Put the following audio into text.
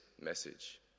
message